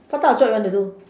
what type of job you want to do